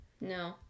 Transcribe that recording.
No